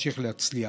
תמשיך להצליח.